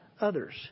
others